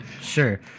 Sure